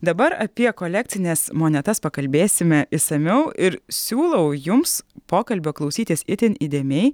dabar apie kolekcines monetas pakalbėsime išsamiau ir siūlau jums pokalbio klausytis itin įdėmiai